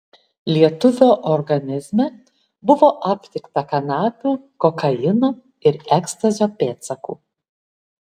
lietuvio organizme buvo aptikta kanapių kokaino ir ekstazio pėdsakų